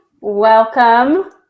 Welcome